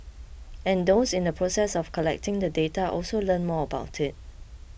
and those in the process of collecting the data also learn more about it